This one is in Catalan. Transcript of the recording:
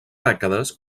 dècades